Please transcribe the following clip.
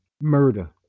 murder